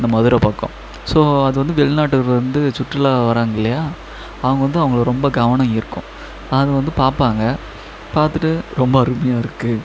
இந்த மதுரை பக்கம் ஸோ அது வந்து வெளிநாட்டுலேருந்து சுற்றுலா வர்றாங்க இல்லையா அவங்க வந்து அவங்கள ரொம்ப கவனம் ஈர்க்கும் அது வந்து பார்ப்பாங்க பார்த்துட்டு ரொம்ப அருமையாக இருக்குது